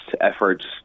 efforts